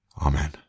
Amen